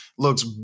looks